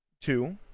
Two